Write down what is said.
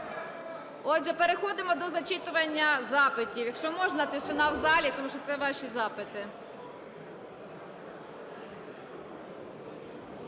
Отже, переходимо до зачитування запитів. Якщо можна, тишина в залі, тому що це ваші запити.